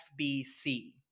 fbc